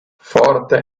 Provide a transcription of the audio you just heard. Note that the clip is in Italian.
forte